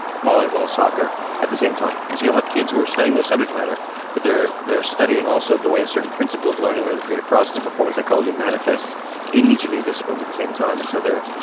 volleyball, soccer at the same time. and so you'll have kids who are studying their subject matter but they're they're studying also the way a certain principle of learning or the creative process of performance that calls you manifests in each of these disciplines at the same time. and so they're,